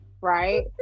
Right